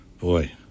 Boy